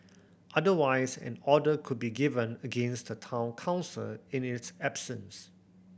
otherwise an order could be given against the Town Council in its absence